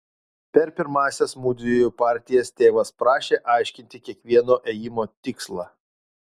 per pirmąsias mudviejų partijas tėvas prašė aiškinti kiekvieno ėjimo tikslą